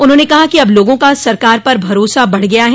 उन्होंने कहा कि अब लोगों का सरकार पर भरोसा बढ़ गया है